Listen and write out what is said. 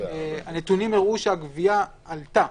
הנתונים הראו שהגבייה עלתה.